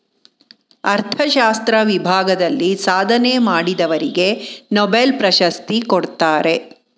ಅರ್ಥಶಾಸ್ತ್ರ ವಿಭಾಗದಲ್ಲಿ ಸಾಧನೆ ಮಾಡಿದವರಿಗೆ ನೊಬೆಲ್ ಪ್ರಶಸ್ತಿ ಕೊಡ್ತಾರೆ